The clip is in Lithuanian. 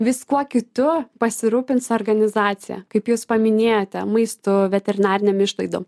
viskuo kitu pasirūpins organizacija kaip jūs paminėjote maistu veterinarinėm išlaidom